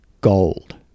gold